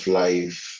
life